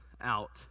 out